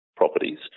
Properties